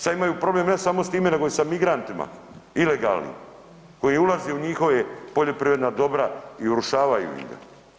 Sad imaju problem ne samo s time nego i sa migrantima ilegalnim koji ulaze u njihova poljoprivredna dobra i urušavaju im ga.